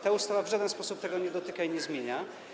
Ta ustawa w żaden sposób tego nie dotyka ani nie zmienia.